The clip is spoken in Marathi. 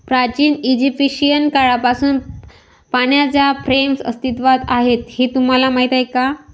प्राचीन इजिप्शियन काळापासून पाण्याच्या फ्रेम्स अस्तित्वात आहेत हे तुम्हाला माहीत आहे का?